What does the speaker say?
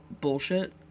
bullshit